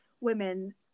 women